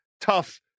tough